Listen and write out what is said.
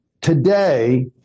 Today